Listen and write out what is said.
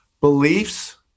beliefs